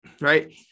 right